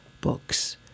books